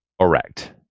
correct